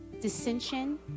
dissension